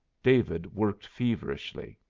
david worked feverishly.